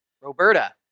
Roberta